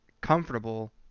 comfortable